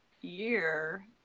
year